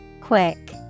quick